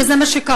וזה מה שקרה.